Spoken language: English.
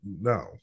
no